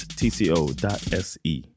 tco.se